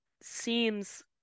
seems